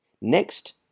Next